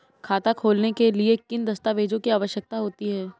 खाता खोलने के लिए किन दस्तावेजों की आवश्यकता होती है?